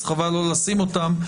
חבל לא לשים אותם.